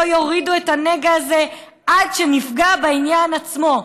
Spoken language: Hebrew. יורידו את הנגע הזה עד שנפגע בעניין עצמו".